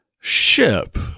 ship